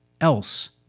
else